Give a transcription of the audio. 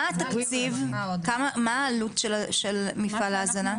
מה העלות של מפעל ההזנה?